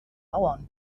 bauern